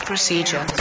Procedure